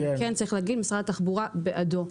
צריך להגיד שמשרד התחבורה בעדה.